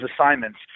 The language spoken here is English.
assignments